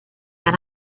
and